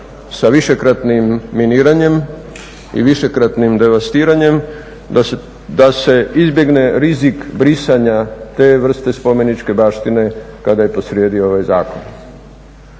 sa višekratnim miniranjem i višekratnim devastiranjem da se izbjegne rizik brisanja te vrste spomeničke baštine kada je po srijedi ovaj zakon.